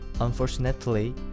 Unfortunately